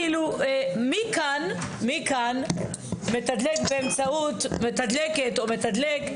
מי כאן מתדלק באמצעות מתדלקת או מתדלק,